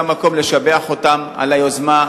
זה המקום לשבח אותם על היוזמה,